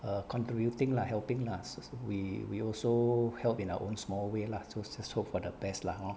err contributing lah helping lah so so we we also help in our own small way lah so just hope for the best lah hor